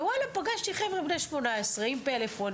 וואלה פגשתי חבר'ה בני 18 עם פלאפון,